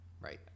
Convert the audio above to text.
Right